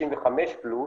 65 פלוס,